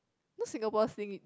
not Singapore Sling